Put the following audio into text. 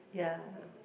ya